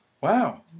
Wow